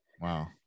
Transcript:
Wow